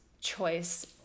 choice